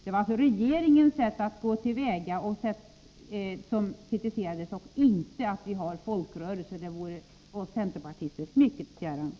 Det var alltså regeringens sätt att gå till väga som kritiserades och inte att vi har folkrörelser — det vore oss centerpartister mycket fjärran.